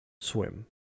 swim